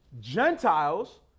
Gentiles